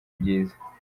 byiza